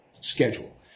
schedule